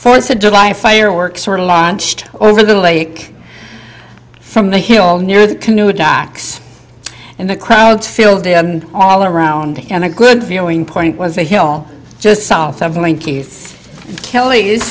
fourth of july fireworks were launched over the lake from the hill near the canoe docks and the crowds filled in all around and a good viewing point was a hill just south of linking kelly